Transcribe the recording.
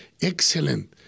excellent